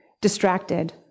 distracted